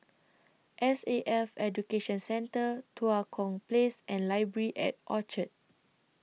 S A F Education Centre Tua Kong Place and Library At Orchard